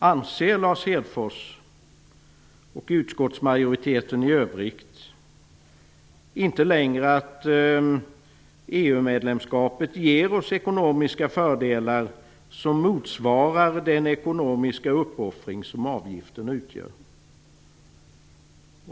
Anser inte längre Lars Hedfors och utskottsmajoriteten i övrigt att EU-medlemskapet ger oss ekonomiska fördelar som motsvarar den ekonomiska uppoffring som avgiften utgör?